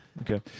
Okay